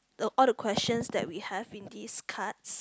the all the questions that we have in this cards